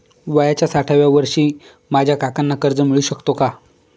वयाच्या साठाव्या वर्षी माझ्या काकांना कर्ज मिळू शकतो का?